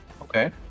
Okay